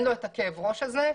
אין לו את הכאב ראש הזה,